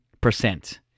percent